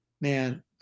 Man